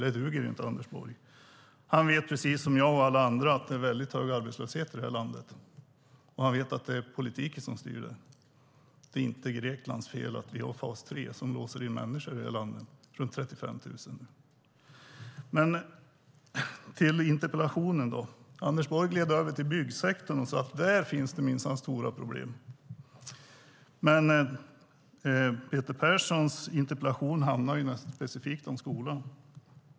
Det duger inte, Anders Borg. Han vet precis som jag och alla andra att det är en mycket hög arbetslöshet i detta land. Han vet också att det är politiken som styr den. Det är inte Greklands fel att vi har fas 3 som låser in människor i detta land - runt 35 000. Jag ska återgå till interpellationen. Anders Borg gled över till byggsektorn och sade att det där minsann finns stora problem. Men Peter Perssons interpellation handlar specifikt om skolan.